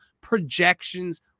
projections